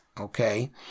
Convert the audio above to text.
okay